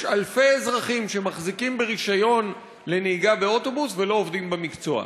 יש אלפי אזרחים שמחזיקים ברישיון לנהיגה באוטובוס ולא עובדים במקצוע.